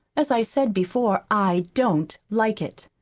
as i said before, i don't like it.